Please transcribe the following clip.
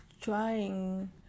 trying